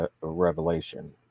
revelation